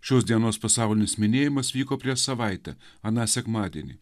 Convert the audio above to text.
šios dienos pasaulinis minėjimas vyko prieš savaitę aną sekmadienį